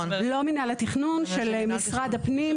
לא של מינהל התכנון של משרד הפנים,